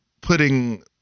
putting